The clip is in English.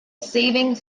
saving